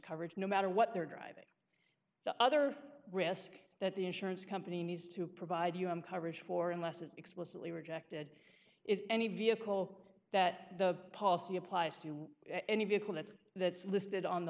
coverage no matter what their driving the other risk that the insurance company needs to provide you in coverage for unless is explicitly rejected is any vehicle that the policy applies to any vehicle that's that's listed on the